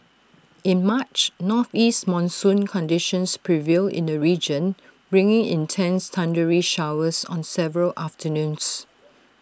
in March northeast monsoon conditions prevailed in the region bringing intense thundery showers on several afternoons